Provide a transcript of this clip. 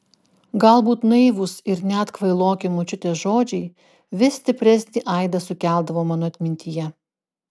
galbūt naivūs ir net kvailoki močiutės žodžiai vis stipresnį aidą sukeldavo mano atmintyje